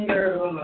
Girl